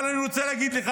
אבל אני רוצה להגיד לך,